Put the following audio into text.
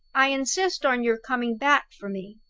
i insist on your coming back for me.